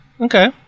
Okay